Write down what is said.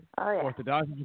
orthodox